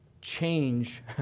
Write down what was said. change